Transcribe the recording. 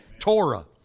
Torah